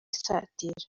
isatira